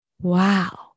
wow